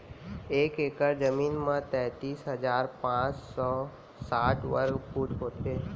एक एकड़ जमीन मा तैतलीस हजार पाँच सौ साठ वर्ग फुट होथे